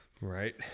Right